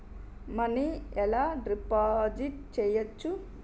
Money ఎలా deposit చేయచ్చు?